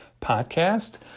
Podcast